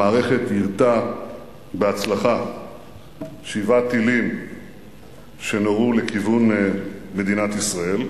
המערכת יירטה בהצלחה שבעה טילים שנורו לכיוון מדינת ישראל.